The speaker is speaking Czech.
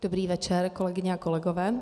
Dobrý večer, kolegyně a kolegové.